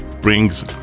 brings